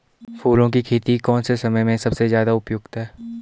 फूलों की खेती कौन से समय में सबसे ज़्यादा उपयुक्त है?